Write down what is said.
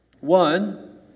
One